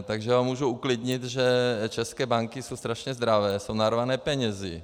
Takže ho můžu uklidnit, že české banky jsou strašně zdravé, jsou narvané penězi.